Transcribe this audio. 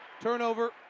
Turnover